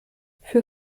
für